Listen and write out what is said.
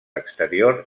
exterior